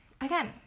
again